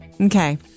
Okay